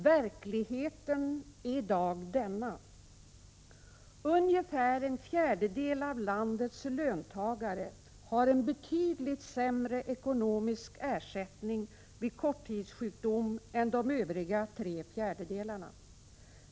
Verkligheten är i dag denna: ungefär en fjärdedel av landets löntagare har en betydligt sämre ekonomisk ersättning vid korttidssjukdom än de övriga tre fjärdedelarna.